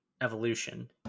evolution